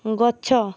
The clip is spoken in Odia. ଗଛ